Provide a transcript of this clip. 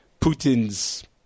Putin's